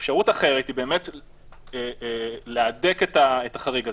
אפשרות אחרת היא להדק את החריג הזה,